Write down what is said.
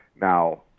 Now